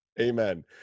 Amen